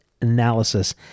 analysis